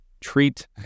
Treat